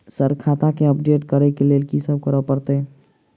Sir खाता केँ update करऽ लेल की सब करै परतै?